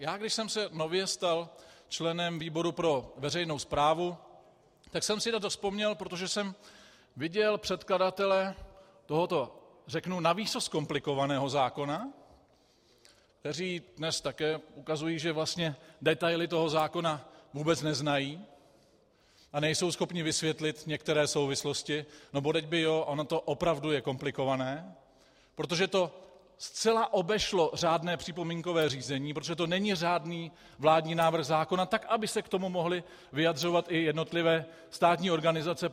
Když jsem se nově stal členem výboru pro veřejnou správu, tak jsem si na to vzpomněl, protože jsem viděl předkladatele tohoto navýsost komplikovaného zákona, kteří dnes také ukazují, že vlastně detaily toho zákona vůbec neznají, a nejsou schopni vysvětlit některé souvislosti no bodejť by jo, ono to opravdu je komplikované, protože to zcela obešlo řádné připomínkové řízení, protože to není řádný vládní návrh zákona, tak aby se k tomu mohly vyjadřovat i jednotlivé státní organizace.